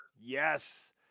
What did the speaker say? Yes